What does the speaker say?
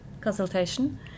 consultation